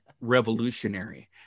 revolutionary